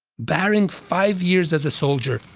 barring five years as a soldier,